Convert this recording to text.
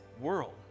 world